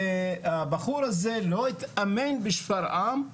והבחור הזה לא התאמן בשפרעם,